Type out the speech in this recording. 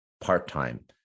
part-time